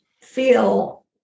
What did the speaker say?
feel